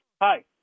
hi